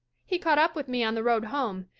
he caught up with me on the road home,